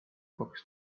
kaks